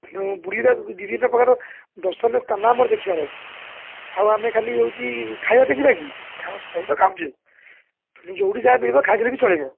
ବୁଲିବାକୁ ବିଭିନ୍ନ ପ୍ରକାର ଦର୍ଶନୀୟ ସ୍ଥାନ ଆମର ଦେଖିବାର ଅଛି ଆଉ ଆମେ ଖାଲି ହେଉଛି ଖାଇବା ପାଇଁ ଯିବା କି ଖାଅ ସବୁବେଳେ ତ ଖାଉଛେ ତେଣୁ ଯେଉଁଠି ଯାହା ମିଳିବ ଖାଇଦେଲେ ବି ଚଳିବ